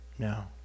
No